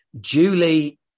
Julie